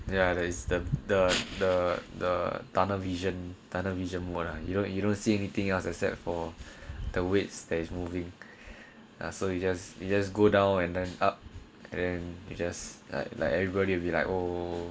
ya that is the the the the tunnel vision tunnel vision more lah you don't you don't see anything else except for the weight stays moving lah so you just you just go down and then up and then you just like like everybody will be like oh